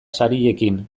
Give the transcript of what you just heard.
sariekin